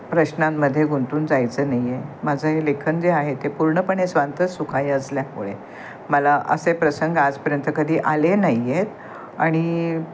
प्रश्नांमध्ये गुंतून जायचं नाही आहे माझं हे लेखन जे आहे ते पूर्णपणे स्वांतः सुखाय असल्यामुळे मला असे प्रसंग आजपर्यंत कधी आले नाही आहेत आणि